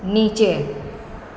નીચે